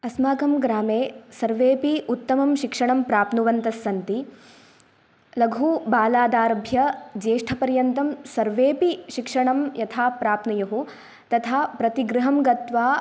अस्माकं ग्रामे सर्वेपि उत्तमम् शिक्षणं प्राप्नुवन्तस्सन्ति लघुबलादारभ्य ज्येष्ठपर्यन्तं सर्वेपि शिक्षणं यथा प्रप्नुयुः तथा प्रति गृहं गत्वा